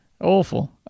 Awful